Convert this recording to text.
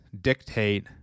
dictate